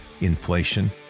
Inflation